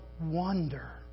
wonder